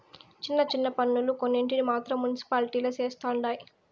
చిన్న చిన్న పన్నులు కొన్నింటిని మాత్రం మునిసిపాలిటీలే చుస్తండాయి